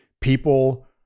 People